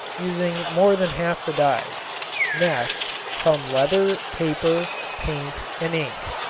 using more than half the dyes next come leather, paper, paint and ink.